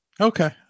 Okay